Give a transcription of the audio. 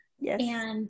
Yes